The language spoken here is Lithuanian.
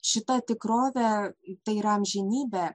šita tikrovė tai yra amžinybė